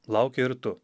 lauki ir tu